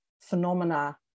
phenomena